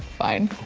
fine.